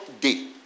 day